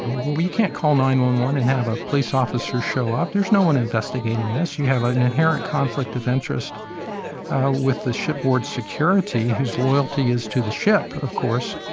we can't call nine one one and have a police officer show up. there's no one investigating investigating this. you have an inherent conflict of interest with the shipboard security whose loyalty is to the ship. of course.